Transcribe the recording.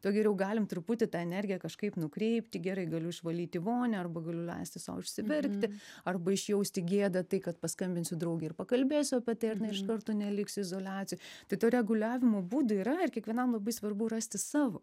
tuo geriau galim truputį tą energiją kažkaip nukreipti gerai galiu išvalyti vonią arba leisti sau išsiverkti arba išjausti gėdą tai kad paskambinsiu draugei ir pakalbėsiu apie tai ar ne iš karto neliksiu izoliacijoj tai tų reguliavimo būdų yra ir kiekvienam labai svarbu rasti savo